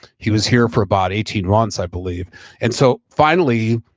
he was here for about eighteen months i believe and so finally,